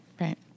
Right